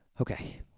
Okay